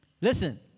Listen